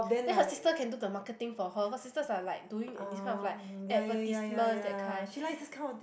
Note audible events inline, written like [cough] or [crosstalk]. then her sister can do the marketing for her her sisters are like doing in this kind of like advertisements that kind [breath]